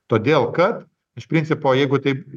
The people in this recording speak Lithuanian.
todėl kad iš principo jeigu tai